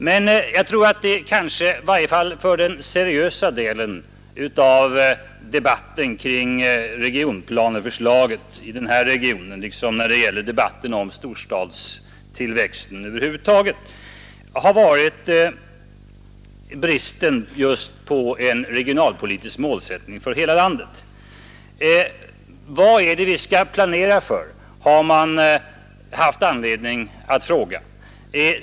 Men i varje fall för den seriösa delen av debatten kring regionplaneförslaget för denna region — liksom för debatten om storstadstillväxten över huvud taget — har bristen på en regionalpolitisk målsättning för hela landet varit en viktigare bakgrund. Vad skall vi planera för, har man haft anledning att fråga.